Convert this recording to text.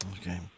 Okay